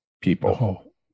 people